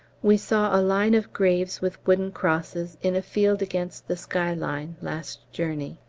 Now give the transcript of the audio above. we saw a line of graves with wooden crosses, in a field against the skyline, last journey.